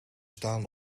staan